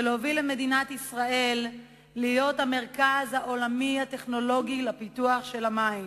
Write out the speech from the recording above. ולהוביל את מדינת ישראל להיות המרכז העולמי הטכנולוגי לפיתוח של המים.